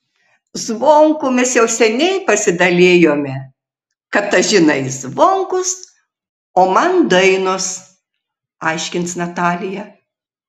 zvonkų mes jau seniai pasidalijome katažinai zvonkus o man dainos aiškins natalija